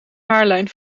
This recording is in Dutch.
haarlijn